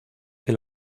que